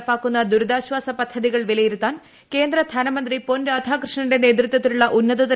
നടപ്പാക്കുന്ന ദുരിതാശ്വാസ പദ്ധതികൾ വിലയിരുത്താൻ കേന്ദ്ര ധനമന്ത്രി പൊൻ രാധാകൃഷ്ണന്റെ നേതൃത്വത്തിലുള്ള ഉന്നതതല സംഘം കേരളത്തിൽ